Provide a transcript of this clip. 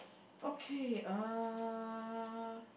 okay uh